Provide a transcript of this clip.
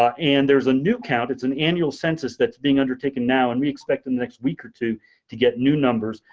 ah and there's a new count, it's an annual census that's being undertaken now, and we're expecting next week or two to get new numbers.